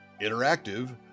interactive